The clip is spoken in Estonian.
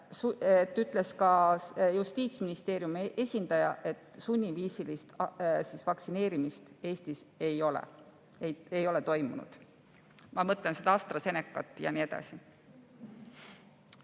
et ka Justiitsministeeriumi esindaja ütles, et sunniviisilist vaktsineerimist Eestis ei ole toimunud. Ma mõtlen seda AstraZenecat jne.